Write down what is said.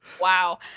wow